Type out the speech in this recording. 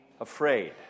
afraid